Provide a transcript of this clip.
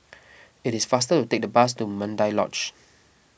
it is faster to take the bus to Mandai Lodge